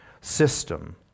system